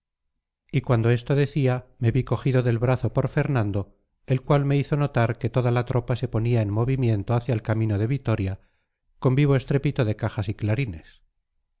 y cuando esto decía me vi cogido del brazo por fernando el cual me hizo notar que toda la tropa se ponía en movimiento hacia el camino de vitoria con vivo estrépito de cajas y clarines